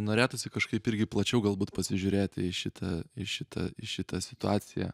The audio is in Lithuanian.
norėtųsi kažkaip irgi plačiau galbūt pasižiūrėti į šitą į šitą į šitą situaciją